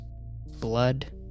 blood